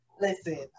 Listen